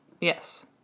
Yes